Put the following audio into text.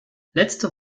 letzte